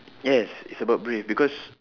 yes it's about brave because